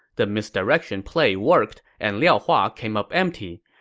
the misdirection play worked, and liao hua came up empty.